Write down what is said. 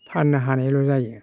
फाननो हानायल' जायो